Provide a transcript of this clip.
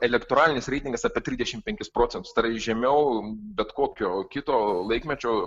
elektroninis reitingas apie trisdešim penkis procentus tai yra iš žemiau bet kokio kito laikmečio